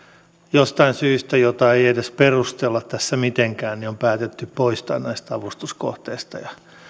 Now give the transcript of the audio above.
jostain syystä jota ei edes perustella tässä mitenkään on päätetty poistaa näistä avustuskohteista